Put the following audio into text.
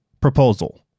Proposal